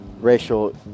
racial